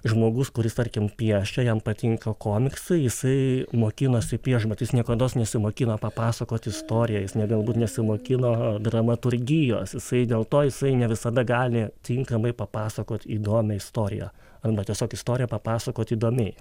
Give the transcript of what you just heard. žmogus kuris tarkim piešia jam patinka komiksai jisai mokinasi piešt bet jis niekados nesimokina papasakot istoriją jis ne galbūt nesimokino dramaturgijos jisai dėl to jisai ne visada gali tinkamai papasakot įdomią istoriją arba tiesiog istoriją papasakot įdomiai